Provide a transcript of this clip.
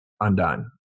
undone